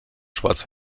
schwarz